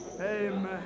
Amen